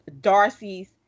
Darcy's